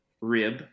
Rib